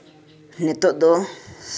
ᱱᱤᱛᱚᱜ ᱫᱚ